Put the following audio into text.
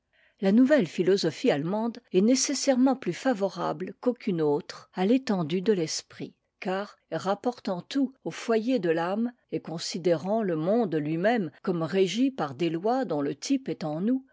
la nouvelle philosophie allemande est nécessairement plus favorable qu'aucune autre à l'étendue de l'esprit car rapportant tout au foyer de l'âme et considérant le monde lui-même comme régi par des lois dont le type est en nous